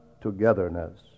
togetherness